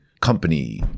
company